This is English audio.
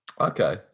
okay